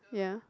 ya